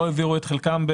לא העבירו את חלקן,